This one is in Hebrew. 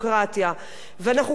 ואנחנו כל פעם שואלים את עצמנו,